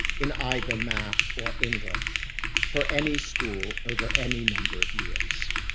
in either math or english for any school over any number of years.